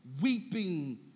weeping